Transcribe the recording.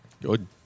Good